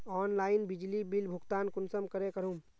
Online बिजली bill भुगतान कुंसम करे करूम?